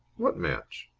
what match?